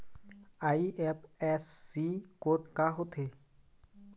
IFSC code का होथे?